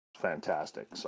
Fantastic